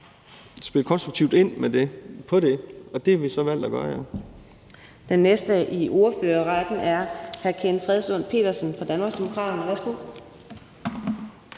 spille konstruktivt ind på det, og det har vi så valgt at gøre